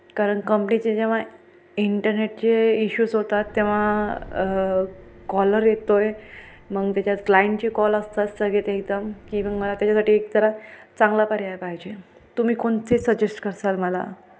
कारण कंपनीचे जेव्हा इंटरनेटचे इशूज होतात तेव्हा कॉलर येतो आहे मग त्याच्यात क्लाइंटचे कॉल असतात सगेत एकदम की मग मला त्याच्यासाठी एक तरी चांगला पर्याय पाहिजे तुम्ही कोणते सजेस्ट कराल मला